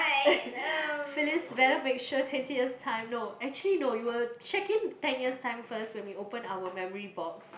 Phyllis better make sure twenty years time no actually no you will check in ten years time first when we open our memory box